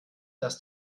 dass